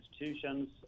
institutions